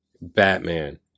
batman